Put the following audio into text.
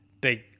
big